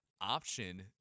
option